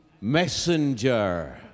messenger